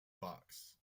box